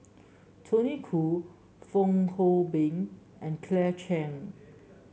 Tony Khoo Fong Hoe Beng and Claire Chiang